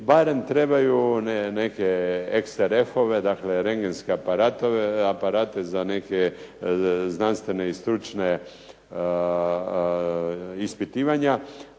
koji trebaju one xtr-fove, dakle rendgenske aparate za neke znanstvene i stručne ispitivanja